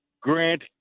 grant